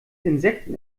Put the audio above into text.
insekten